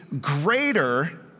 greater